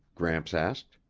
gramps asked.